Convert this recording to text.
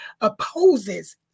opposes